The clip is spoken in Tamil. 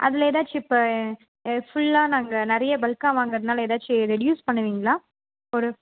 அதில் எதாச்சு இப்போ ஃபுல்லாக நாங்கள் நிறைய பல்க்காக வாங்கறதால எதாச்சு ரெடுயூஸ் பண்ணுவீங்களா ஒரு